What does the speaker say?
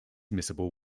miscible